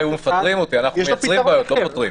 יש לו פתרון אחר.